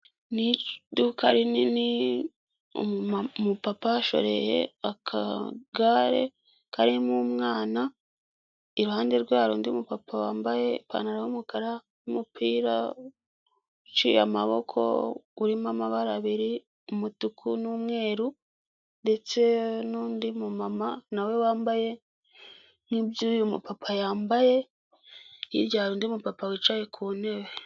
Ni iduka rinini umupapa ashoreye akagare karimo umwana, iruhande rwe hari undi mupapa wambaye ipantaro y'umukara n'umupira uciye amaboko, urimo amabara abiri, umutuku n'umweru ndetse n'undi mama na we wambaye nk'ibyo uyu papa yambaye, hirya hari undi mupapa wicaye ku ntebe.